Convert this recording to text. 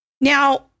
now